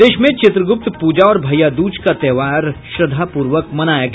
प्रदेश में चित्रगुप्त पूजा और भैया दूज का त्योहार श्रद्धापूर्वक मनाया गया